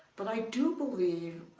but, i do believe